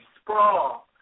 sprawl